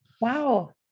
Wow